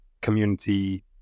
community